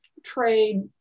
trade